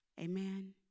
Amen